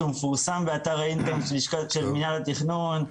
הוא מפורסם באתר האינטרנט של מינהל התכנון.